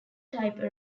type